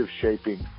shaping